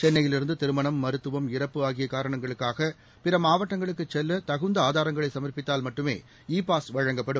சென்னையிலிருந்து திருமணம் மருத்துவம் இறப்பு ஆகிய காரணங்களுக்காக பிற மாவட்டங்களுக்குச் செல்ல தகுந்த ஆதாரங்களை சம்ப்பித்தால் மட்டுமே இ பாஸ் வழங்கப்படும்